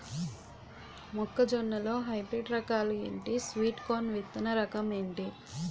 మొక్క జొన్న లో హైబ్రిడ్ రకాలు ఎంటి? స్వీట్ కార్న్ విత్తన రకం ఏంటి?